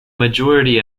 majority